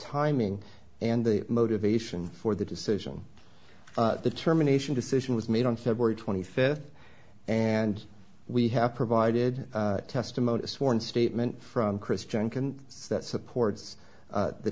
timing and the motivation for the decision the terminations decision was made on february twenty fifth and we have provided testimony a sworn statement from christian can that supports